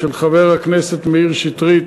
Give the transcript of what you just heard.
של חברי הכנסת מאיר שטרית,